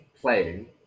playing